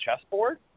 chessboard